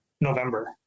November